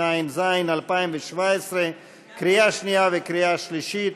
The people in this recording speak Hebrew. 9), התשע"ז 2017, קריאה שנייה וקריאה שלישית.